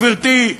גברתי,